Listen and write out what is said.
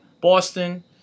Boston